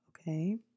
okay